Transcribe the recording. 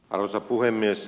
arvoisa puhemies